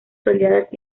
soleadas